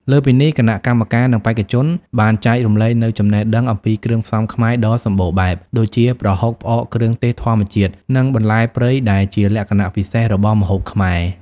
លើសពីនេះ គណៈកម្មការ និងបេក្ខជនបានចែករំលែកនូវចំណេះដឹងអំពីគ្រឿងផ្សំខ្មែរដ៏សម្បូរបែប ដូចជា ប្រហុក ផ្អក គ្រឿងទេសធម្មជាតិ និងបន្លែព្រៃដែលជាលក្ខណៈពិសេសរបស់ម្ហូបខ្មែរ។